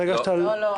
לא.